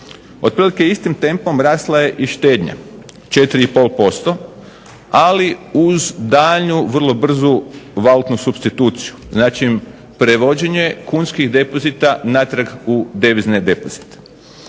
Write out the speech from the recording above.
Otprilike istim tempom rasla je i štednja – 4,5%, ali uz daljnju vrlo brzu valutnu supstituciju. Znači prevođenje kunskih depozita natrag u devizne depozite.